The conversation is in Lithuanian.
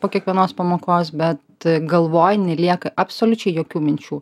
po kiekvienos pamokos bet galvoj nelieka absoliučiai jokių minčių